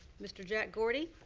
mister jack gordy.